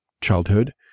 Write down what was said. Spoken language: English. childhood